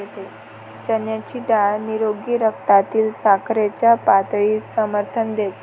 चण्याची डाळ निरोगी रक्तातील साखरेच्या पातळीस समर्थन देते